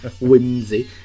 Whimsy